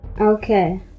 Okay